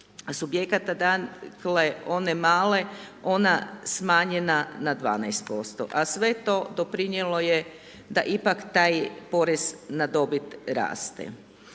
subjekata dakle, one male, ona smanjena na 12%. A sve to doprinijelo je da ipak taj porez na dobit raste.